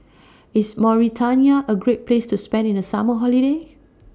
IS Mauritania A Great Place to spend The Summer Holiday